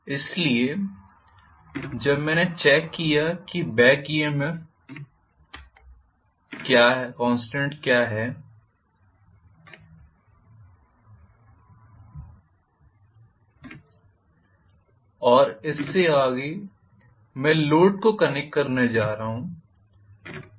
इसलिए जब मैंने चेक किया कि बॅक ईएमएफ कॉन्स्टेंट क्या है और इससे आगे मैं लोड को कनेक्ट करने जा रहा हूं